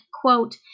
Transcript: quote